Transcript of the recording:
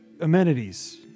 amenities